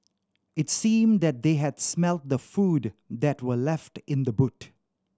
it seemed that they had smelt the food that were left in the boot